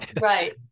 right